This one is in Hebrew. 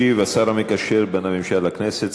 ישיב השר המקשר בין הממשלה לכנסת,